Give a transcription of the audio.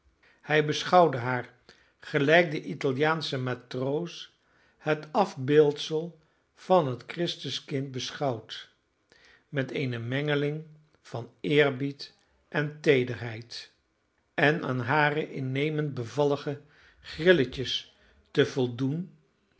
hij beschouwde haar gelijk de italiaansche matroos het afbeeldsel van het christuskind beschouwt met eene mengeling van eerbied en teederheid en aan hare innemend bevallige grilletjes te voldoen